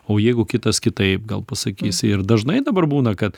o jeigu kitas kitaip gal pasakys ir dažnai dabar būna kad